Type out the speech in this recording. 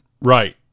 right